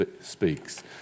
speaks